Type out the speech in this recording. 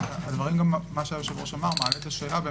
הדברים שהיושב-ראש אמר מעלים את השאלה,